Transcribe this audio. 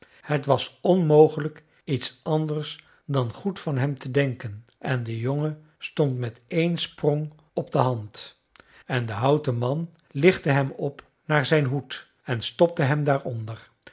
het was onmogelijk iets anders dan goed van hem te denken en de jongen stond met één sprong op de hand en de houten man lichtte hem op naar zijn hoed en stopte hem daaronder